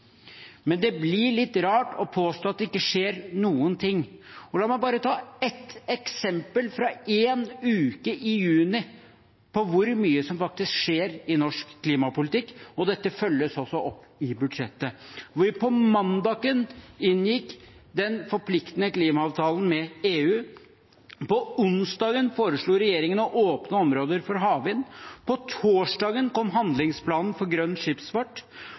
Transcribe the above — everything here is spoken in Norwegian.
men det blir litt rart å påstå at det ikke skjer noen ting. La meg bare ta ett eksempel fra én uke i juni på hvor mye som faktisk skjer i norsk klimapolitikk – og dette følges også opp i budsjettet: Mandag inngikk vi den forpliktende klimaavtalen med EU, onsdag foreslo regjeringen å åpne områder for havvind, torsdag kom handlingsplanen for grønn skipsfart,